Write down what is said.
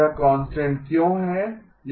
यह कांस्टेंट क्यों है